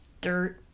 dirt